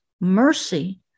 mercy